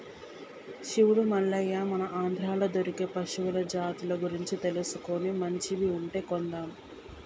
శివుడు మల్లయ్య మన ఆంధ్రాలో దొరికే పశువుల జాతుల గురించి తెలుసుకొని మంచివి ఉంటే కొందాం